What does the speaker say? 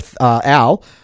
Al